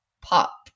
pop